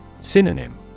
Synonym